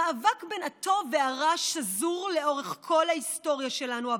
המאבק בין הטוב לרע שזור לאורך כל ההיסטוריה שלנו,